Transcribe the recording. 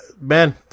Man